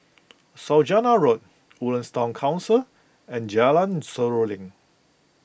Saujana Road Woodlands Town Concert and Jalan Seruling